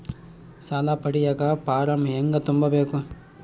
ಸಾಲ ಪಡಿಯಕ ಫಾರಂ ಹೆಂಗ ತುಂಬಬೇಕು?